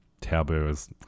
Taboos